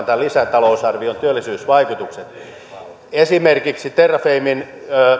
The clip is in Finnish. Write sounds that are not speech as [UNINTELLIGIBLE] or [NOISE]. [UNINTELLIGIBLE] tämän lisätalousarvion työllisyysvaikutukset esimerkiksi terrafamen